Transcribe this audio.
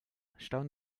stauen